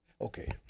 Okay